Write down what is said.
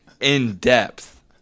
in-depth